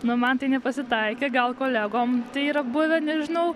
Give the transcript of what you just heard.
na man tai nepasitaikė gal kolegom yra buvę nežinau